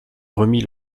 remis